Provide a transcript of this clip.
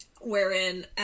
Wherein